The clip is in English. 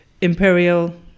imperial